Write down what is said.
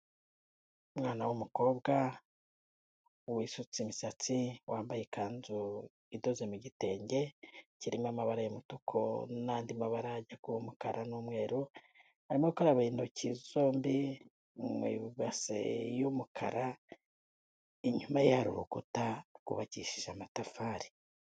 Umwana w'umukobwa, wisutse imisatsi, wambaye ikanzu idoze mu gitenge kirimo amabara y'umutuku n'andi mabara ajya kuba umukara n'umweru, arimo akaraba intoki zombi mu ibase y'umukara, inyuma ye hari urukuta rwubakishije amatafari.